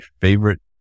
favorite